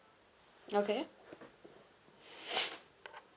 okay